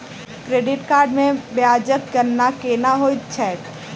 credit card मे ब्याजक गणना केना होइत छैक